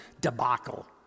debacle